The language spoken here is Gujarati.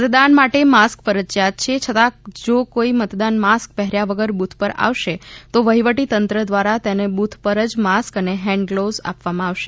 મતદાન માટે માસ્ક ફરજિયાત છે છતાં જો કોઈ મતદાર માસ્ક પહેર્યા વગર બુથ પર આવશે તો વહિવટી તંત્ર દ્વારા તેને બુથ પર જ માસ્ક અને હેન્ડ ગ્લોઝ આપવામાં આવશે